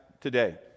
today